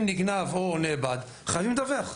אם נגנב או נאבד - חייבים לדווח.